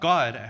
God